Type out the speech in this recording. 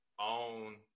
own